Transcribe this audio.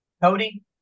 Cody